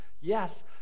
Yes